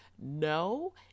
no